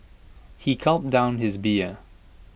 he gulped down his beer